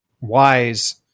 wise